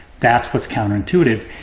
that's what's counter-intuitive,